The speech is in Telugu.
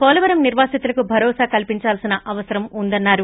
పోలవరం నిర్వాసితులకు భరోసా కల్పిందాల్సిన అవసరం ఉందన్నారు